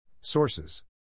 Sources